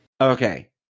Okay